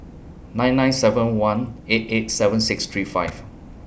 nine nine seven one eight eight seven six three five